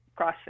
CrossFit